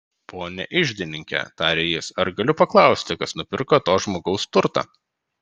pone iždininke tarė jis ar galiu paklausti kas nupirko to žmogaus turtą